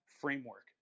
framework